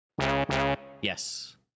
Yes